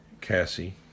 Cassie